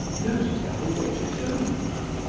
know'st thou the way to dover?